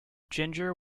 ginger